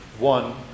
One